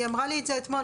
היא אמרה לי את זה אתמול,